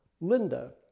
Linda